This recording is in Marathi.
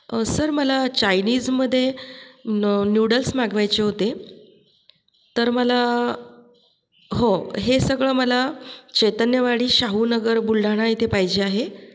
सर मला चायनीजमध्ये नूडल्स मागवायचे होते तर मला हो हे सगळं मला चैतन्यवाडी शाहूनगर बुलढाणा इथे पाहिजे आहे